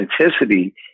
authenticity